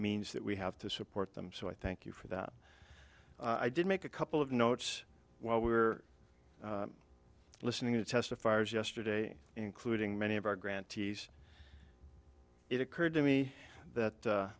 means that we have to support them so i thank you for that i did make a couple of notes while we were listening to testifiers yesterday including many of our grantees it occurred to me that